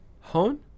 Hone